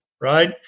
right